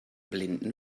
blinden